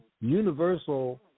universal